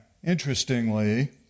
Interestingly